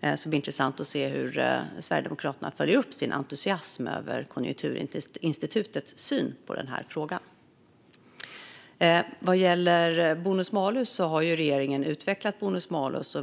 Det ska bli intressant att se hur Sverigedemokraterna följer upp sin entusiasm över Konjunkturinstitutets syn på frågan. Regeringen har utvecklat bonus-malus.